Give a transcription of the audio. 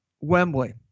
Wembley